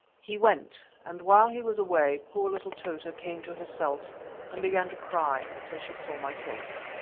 he went, and while he was away, poor little tota came to herself and began to cry, till she saw my face.